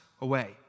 away